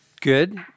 Good